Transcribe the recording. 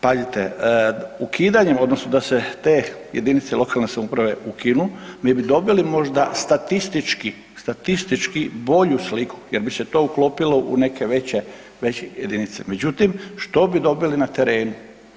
Pazite, ukidanjem odnosno da se te jedinice lokalne samouprave ukinu, mi bi dobili možda statistički bolju sliku jer bi se to uklopilo u neke veće jedinice međutim što bi dobili na terenu?